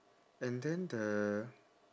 and then the